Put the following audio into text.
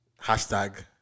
hashtag